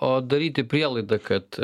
o daryti prielaidą kad